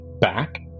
back